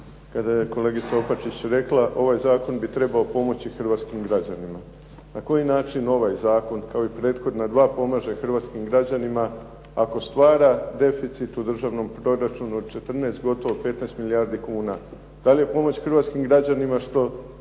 kada je kolegica Opačić rekla ovaj zakon bi trebao pomoći hrvatskim građanima. Na koji način ovaj zakon, kao i prethodna dva pomaže hrvatskim građanima ako stvara deficit u državnom proračunu od 14, gotovo 15 milijardi kuna? Da li je pomoć hrvatskim građanima što